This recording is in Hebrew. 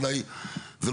וההחלטה הזו,